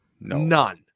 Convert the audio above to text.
None